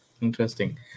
interesting